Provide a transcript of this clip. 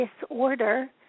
disorder